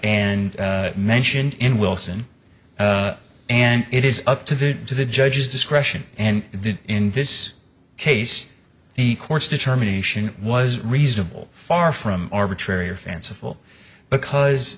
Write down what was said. and mentioned in wilson and it is up to the to the judge's discretion and in this case the court's determination was reasonable far from arbitrary or fanciful because